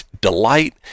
delight